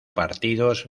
partidos